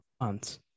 months